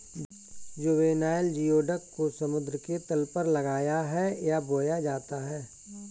juvenile geoduck को समुद्र के तल पर लगाया है या बोया जाता है